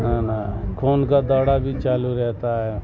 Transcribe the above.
نا نا خون کا دوڑا بھی چالو رہتا ہے